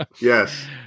Yes